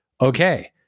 okay